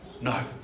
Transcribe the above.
no